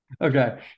Okay